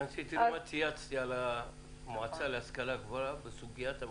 תיכנסי ותראי מה צייצתי על המועצה להשכלה גבוהה בסוגיית המבחנים.